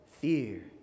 fear